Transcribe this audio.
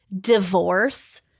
divorce